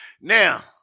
Now